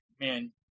man